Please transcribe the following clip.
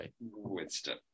Winston